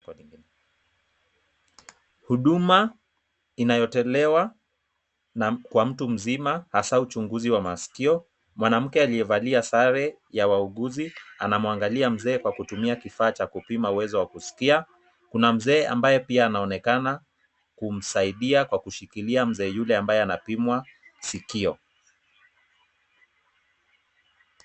Huduma inayotolewa kwa mtu mzima hasa uchunguzi wa masikio, mwanamke aliyevalia sare ya wauguzi anamwangalia mzee kwa kutumia kifaa cha kupima uwezo wa kusikia , kuna mzee pia mabaye anaonekana kumsaidia kwa kushikilia mzee yule ambaye anapimwa sikio.